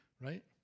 right